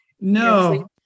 No